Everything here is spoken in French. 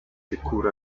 secours